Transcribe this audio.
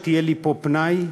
כשיהיה לי פה פנאי,